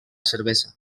cervesa